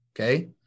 okay